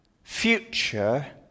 Future